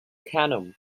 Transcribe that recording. canoe